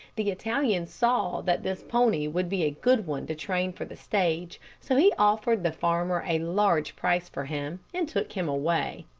the italian saw that this pony would be a good one to train for the stage, so he offered the farmer a large price for him, and took him away.